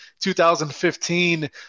2015